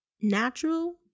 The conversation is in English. Natural